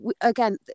again